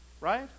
Right